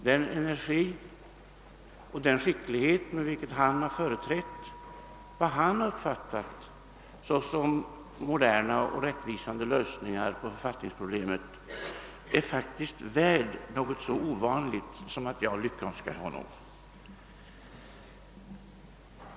Den energi och den skicklighet, med vilken herr Ohlin företrätt vad han uppfattat såsom moderna och rättvisande lösningar på författningsproblemet, är faktiskt värd något så ovanligt som att jag lyckönskar honom.